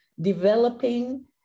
developing